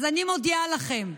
אז אני מודיעה לכם: